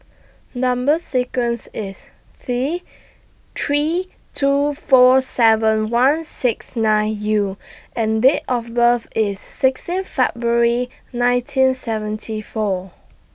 Number sequence IS C three two four seven one six nine U and Date of birth IS sixteen February nineteen seventy four